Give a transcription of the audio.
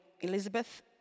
Elizabeth